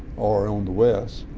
or on the west,